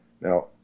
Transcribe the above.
now